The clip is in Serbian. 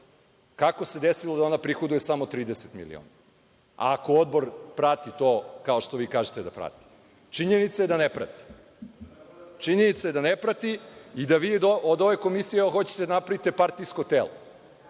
Kako se desilo da ona prihoduje samo 30 miliona ako Odbor prati to, kao što vi kažete da prati? Činjenica je da ne prati. Činjenica je da ne prati i da vi od ove Komisije hoćete da napravite partijsko telo.